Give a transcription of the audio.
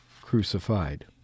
crucified